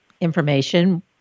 information